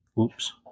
Oops